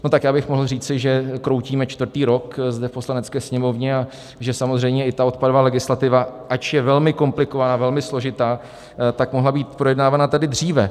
No tak já bych mohl říci, že kroutíme čtvrtý rok zde v Poslanecké sněmovně a že samozřejmě i ta odpadová legislativa, ač je velmi komplikovaná, velmi složitá, tak tady mohla být projednávána dříve.